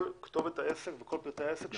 כל כתובת ופרטי העסק,